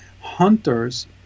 Hunters